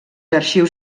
arxius